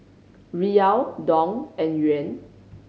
Riyal Dong and Yuan